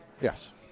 yes